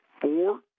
four